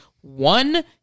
one